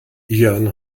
jörn